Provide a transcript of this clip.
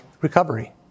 recovery